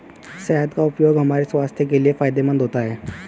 शहद का उपयोग हमारे स्वास्थ्य के लिए फायदेमंद होता है